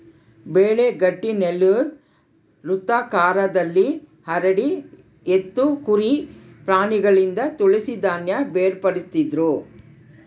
ಬೆಳೆ ಗಟ್ಟಿನೆಲುದ್ ವೃತ್ತಾಕಾರದಲ್ಲಿ ಹರಡಿ ಎತ್ತು ಕುರಿ ಪ್ರಾಣಿಗಳಿಂದ ತುಳಿಸಿ ಧಾನ್ಯ ಬೇರ್ಪಡಿಸ್ತಿದ್ರು